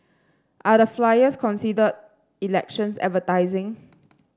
are the flyers considered elections advertising